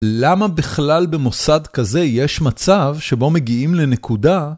למה בכלל במוסד כזה יש מצב שבו מגיעים לנקודה...